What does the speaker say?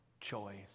choice